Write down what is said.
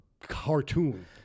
cartoon